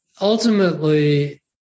ultimately